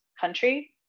country